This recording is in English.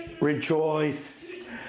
rejoice